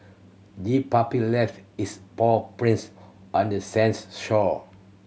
the puppy left its paw prints on the sands shore